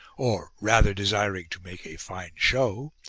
or rather desiring to make a fine show,